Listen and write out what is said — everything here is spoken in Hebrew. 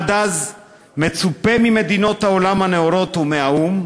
עד אז מצופה ממדינות העולם הנאורות ומהאו"ם